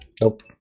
Nope